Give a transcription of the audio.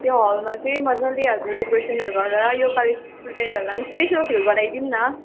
त्यो हलमा चाहिँ मजाले हजुरले डेकोरेसनहरू गरेर यसपालि स्टुडेन्टहरूलाई स्पेसियल फिल गराई दिऊँ न